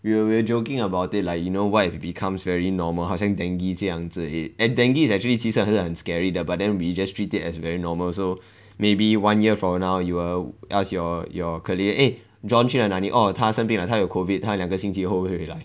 we were we were joking about it like you know what if it becomes very normal 好像 dengue 这样子 and dengue is actually 其实他是很 scary 的 but then we just treat as very normal so maybe one year from now you will ask your your colleague eh john 去了哪里 orh 他生病了他有 COVID 他两个星期后会回来